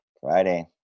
Friday